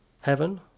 Heaven